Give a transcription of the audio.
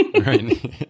Right